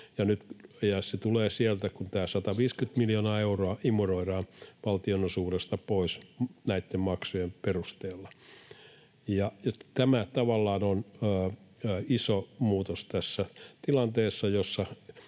Se tulee sieltä, kun tämä 150 miljoonaa euroa imuroidaan valtionosuudesta pois näitten maksujen perusteella. Tämä tavallaan on iso muutos tässä tilanteessa, jossa